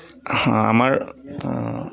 আমাৰ